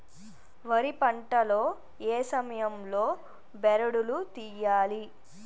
వరి పంట లో ఏ సమయం లో బెరడు లు తియ్యాలి?